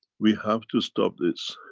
we have to stop this.